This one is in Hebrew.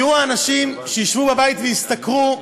יהיו אנשים שישבו בבית וישׂתכרו,